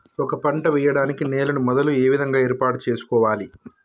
ఒక పంట వెయ్యడానికి నేలను మొదలు ఏ విధంగా ఏర్పాటు చేసుకోవాలి?